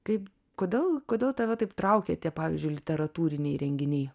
kaip kodėl kodėl tave taip traukė tie pavyzdžiui literatūriniai renginiai